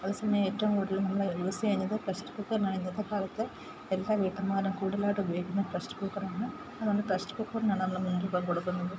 അതെ സമയം ഏറ്റവും കൂടുതൽ നമ്മൾ യൂസ് ചെയ്യുന്നത് പ്രഷർ കുക്കറിനാണ് ഇന്നത്തെക്കാലത്ത് എല്ലാ വീട്ടമ്മമാരും കൂടുതലായിട്ടുപയോഗിക്കുന്നത് പ്രഷർ കുക്കറാണ് അതുകൊണ്ട് പ്രഷർ കുക്കറിനാണ് നമ്മൾ മുൻതൂക്കം കൊടുക്കുന്നത്